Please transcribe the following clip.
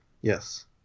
Yes